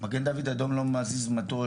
'מגן דוד אדום לא מזיז מטוש,